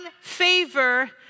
favor